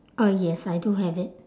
uh yes I do have it